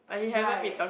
right